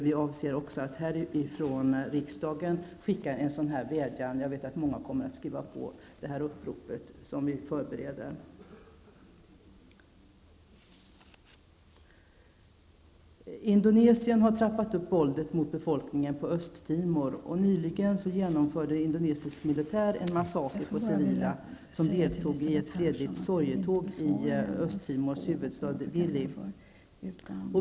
Vi avser också att här från riksdagen sända en sådan vädjan, och jag vet att många kommer att skriva på det upprop som vi förbereder. Indonesien har trappat upp våldet mot befolkningen på Östtimor. Nyligen genomförde indonesisk militär en massaker på civila som deltog i ett fredligt sorgetåg i Östtimors huvudstad Dili.